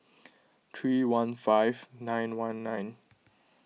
three one five nine one nine